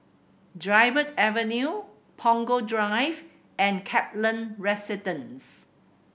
Dryburgh Avenue Punggol Drive and Kaplan Residence